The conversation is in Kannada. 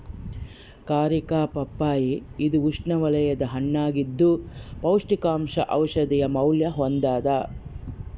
ಕಾರಿಕಾ ಪಪ್ಪಾಯಿ ಇದು ಉಷ್ಣವಲಯದ ಹಣ್ಣಾಗಿದ್ದು ಪೌಷ್ಟಿಕಾಂಶ ಔಷಧೀಯ ಮೌಲ್ಯ ಹೊಂದ್ಯಾದ